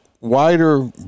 wider